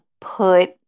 put